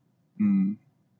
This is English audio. mmhmm